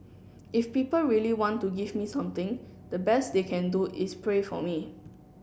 if people really want to give me something the best they can do is pray for me